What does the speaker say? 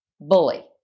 bully